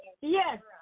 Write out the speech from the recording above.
Yes